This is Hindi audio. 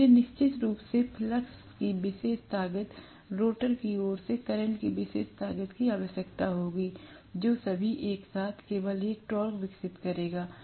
तो मुझे निश्चित रूप से फ्लक्स की विशेष ताकत स्टेटर की ओर से करंट की विशेष ताकत की आवश्यकता होगी जो सभी एक साथ केवल एक टॉर्क विकसित करेगा